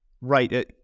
right